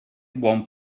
buon